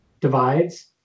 divides